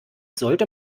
sollte